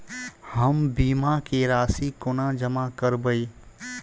हम बीमा केँ राशि कोना जमा करबै?